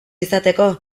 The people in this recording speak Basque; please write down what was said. izateko